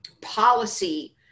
policy